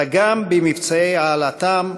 אלא גם במבצעי העלאתם,